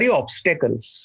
obstacles